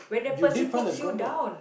you did find the comfort